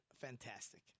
Fantastic